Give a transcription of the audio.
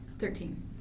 Thirteen